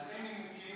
אז אין נימוקים,